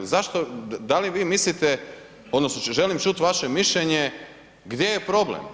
Zašto, da li vi mislite, odnosno želim čuti vaše mišljenje gdje je problem.